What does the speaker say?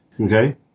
Okay